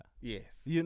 Yes